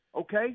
okay